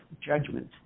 judgment